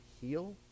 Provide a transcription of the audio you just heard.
heal